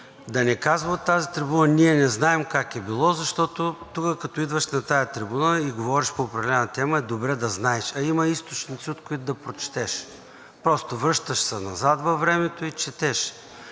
да не казва от тази трибуна „ние не знаем как е било“, защото тук, като идваш на тази трибуна и говориш по определена тема, е добре да знаеш, а има източници, от които да прочетеш. Връщаш се назад във времето и четеш